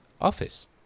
office